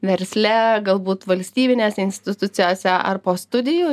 versle galbūt valstybinėse institucijose ar po studijų